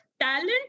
talent